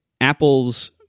Apple's